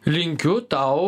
linkiu tau